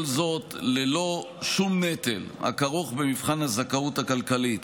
וכל זאת ללא שום נטל הכרוך במבחן הזכאות הכלכלית.